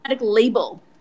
label